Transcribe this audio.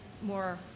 more